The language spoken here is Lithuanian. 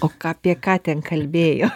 o ką apie ką ten kalbėjo